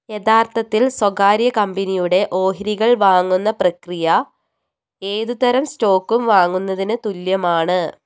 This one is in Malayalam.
യഥാർത്ഥത്തിൽ സ്വകാര്യ കമ്പനിയുടെ ഓഹരികൾ വാങ്ങുന്ന പ്രക്രിയ ഏതുതരം സ്റ്റോക്കും വാങ്ങുന്നതിന് തുല്യമാണ്